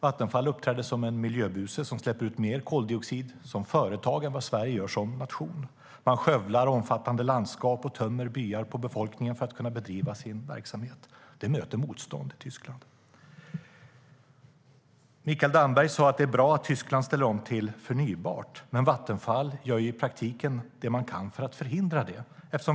Vattenfall uppträder som en miljöbuse som släpper ut mer koldioxid som företag än vad Sverige gör som nation. Man skövlar omfattande landskap och tömmer byar på befolkning för att kunna bedriva sin verksamhet. Det möter motstånd i Tyskland. Mikael Damberg sa att det är bra att Tyskland ställer om till förnybart. Men Vattenfall gör i praktiken det man kan för att förhindra det.